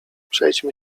przejdźmy